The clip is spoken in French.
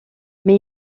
mais